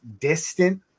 distant